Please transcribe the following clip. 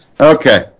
Okay